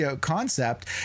concept